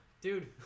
dude